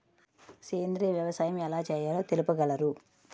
సేంద్రీయ వ్యవసాయం ఎలా చేయాలో తెలుపగలరు?